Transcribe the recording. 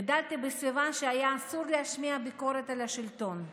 גדלתי בסביבה שהיה אסור להשמיע ביקורת על השלטון,